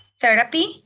therapy